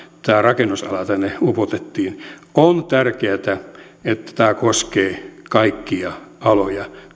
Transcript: tämä rakennusala tänne upotettiin on tärkeätä että tämä valvontavastuu koskee kaikkia aloja